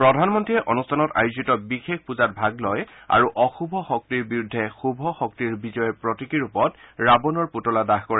প্ৰধানমন্ত্ৰীয়ে অনুষ্ঠানত আযোজিত বিশেষ পুজাত ভাগ লয় আৰু অশুভ শক্তিৰ বিৰুদ্ধে শুভ শক্তিৰ বিজয়ৰ প্ৰতীকি ৰূপত ৰাৱণৰ পুতলা দাহ কৰে